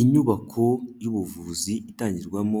Inyubako y'ubuvuzi itangirwamo